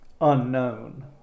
unknown